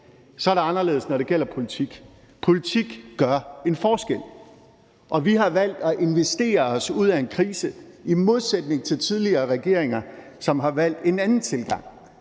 så er det anderledes, når det gælder politik. Politik gør en forskel. Og vi har valgt at investere os ud af en krise i modsætning til tidligere regeringer, som har valgt en anden tilgang,